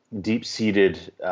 deep-seated